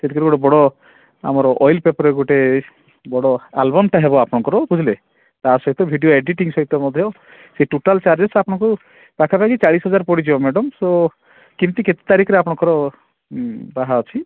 ସେଥିରେ ଗୋଟେ ବଡ଼ ଆମର ଅଏଲ୍ ପେପର୍ରେ ଗୋଟେ ବଡ଼ ଆଲବମ୍ଟେ ହେବ ଆପଣଙ୍କର ବୁଝିଲେ ତା ସହିତ ଭିଡ଼ିଓ ଏଡ଼ିଟିଂ ସହିତ ମଧ୍ୟ ସେ ଟୋଟାଲ୍ ଚାର୍ଜେସ୍ ଆପଣଙ୍କୁ ପାଖାପାଖି ଚାଳିଶି ହଜାର ପଡ଼ିଯିବ ମ୍ୟାଡ଼ାମ୍ ସୋ କେମିତି କେତେ ତାରିଖରେ ଆପଣଙ୍କର ବାହା ଅଛି